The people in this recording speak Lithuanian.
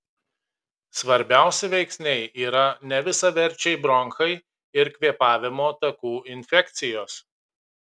svarbiausi veiksniai yra nevisaverčiai bronchai ir kvėpavimo takų infekcijos